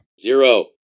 Zero